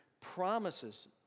promises